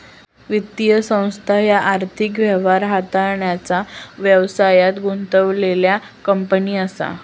वित्तीय संस्था ह्या आर्थिक व्यवहार हाताळण्याचा व्यवसायात गुंतलेल्यो कंपनी असा